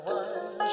one